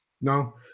No